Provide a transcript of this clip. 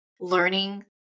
learning